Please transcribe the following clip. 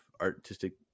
artistic